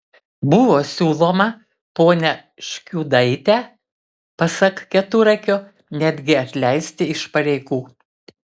buvo siūloma ponią škiudaitę pasak keturakio netgi atleisti iš pareigų